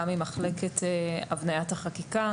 גם עם מחלקת הבניית החקיקה,